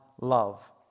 love